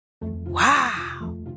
Wow